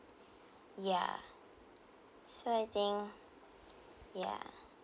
ya so I think ya